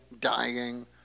dying